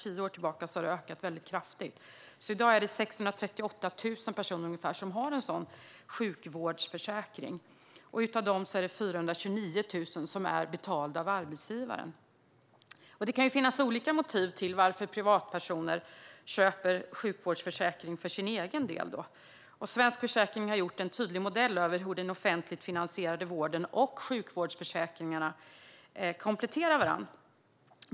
I dag är det 638 000 som har en sjukvårdsförsäkring, och 429 000 försäkringar är betalda av arbetsgivaren. Det kan finnas olika motiv till att privatpersoner köper sjukvårdsförsäkring. Svensk Försäkring har gjort en tydlig modell av hur den offentligt finansierade vården och sjukvårdsförsäkringarna kompletterar varandra.